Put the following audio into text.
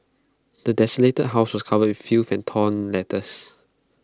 the desolated house was covered in filth and torn letters